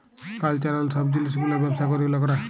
cultural সব জিলিস গুলার ব্যবসা ক্যরে লকরা